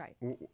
right